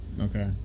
Okay